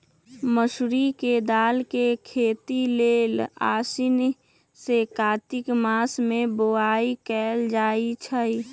मसूरी के दाल के खेती लेल आसीन से कार्तिक मास में बोआई कएल जाइ छइ